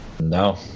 no